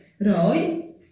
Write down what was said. Roy